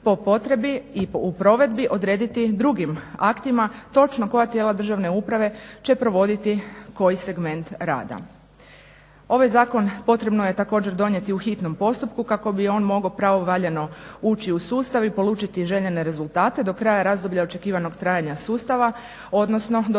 po potrebi i u provedbi odrediti drugim aktima točno koja tijela državne uprave će provoditi koji segment rada. Ovaj zakon potrebno je također donijeti u hitnom postupku kako bi on mogao pravovaljano ući u sustav i polučiti željene rezultate do kraja razdoblja očekivanog trajanja sustava, odnosno do